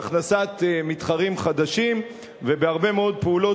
בהכנסת מתחרים חדשים ובהרבה מאוד פעולות